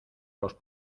los